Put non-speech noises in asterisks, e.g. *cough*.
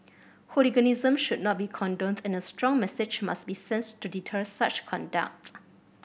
hooliganism should not be *unintelligible* and a strong message must be sent to deter such conducts